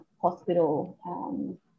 hospital